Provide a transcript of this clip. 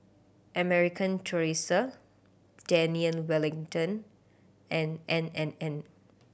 American Tourister Daniel Wellington and N and N